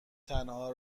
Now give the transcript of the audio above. تنها